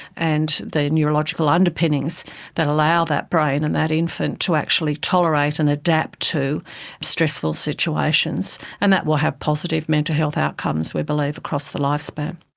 and the neurological underpinnings that allow that brain and that infant to actually tolerate and adapt to stressful situations. and that will have positive mental health outcomes, we believe, across the lifespan.